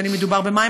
בין שמדובר במים.